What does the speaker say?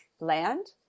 land